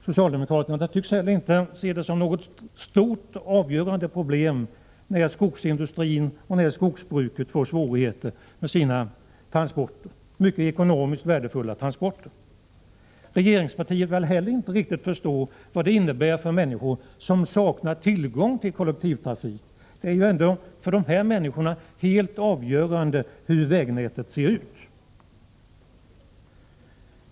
Socialdemokraterna tycks heller inte se det som något stort och avgörande problem när skogsindustrin och skogsbruket får svårighet med sina ekonomiskt mycket värdefulla transporter. Regeringspartiet vill heller inte riktigt förstå vad det innebär för människor att sakna tillgång till kollektivtrafik. Det är ju för dessa människor helt avgörande hur vägnätet ser ut.